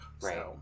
right